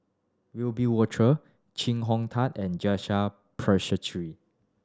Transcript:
Wiebe Wolters Chee Hong Tat and Janil Puthucheary